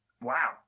Wow